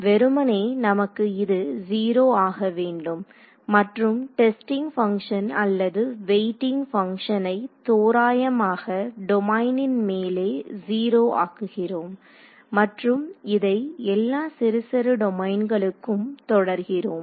வெறுமனே நமக்கு இது 0 ஆக வேண்டும் மற்றும் டெஸ்டிங் பங்க்ஷன் அல்லது வெயிடிங் பங்க்ஷனை தோராயமாக டொமைனின் மேலே 0 ஆக்குகிறோம் மற்றும் இதை எல்லா சிறு சிறு டொமைன்களுக்கும் தொடர்கிறோம்